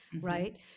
right